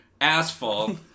asphalt